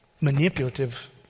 manipulative